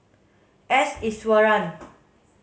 S Iswaran